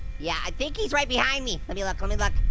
yeah, i think he's right behind me. let me look, let me look.